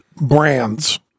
brands